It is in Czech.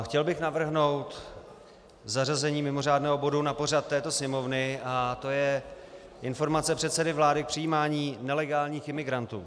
Chtěl bych navrhnout zařazení mimořádného bodu na pořad této sněmovny, a to je informace předsedy vlády k přijímání nelegálních imigrantů.